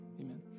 Amen